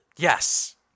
Yes